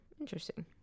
interesting